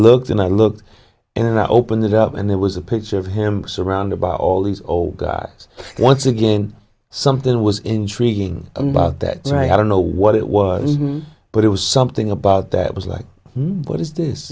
looked and i looked in and i opened it up and there was a picture of him surrounded by all these old guys once again something was intriguing about that so i don't know what it was but it was something about that was like what is this